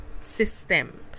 system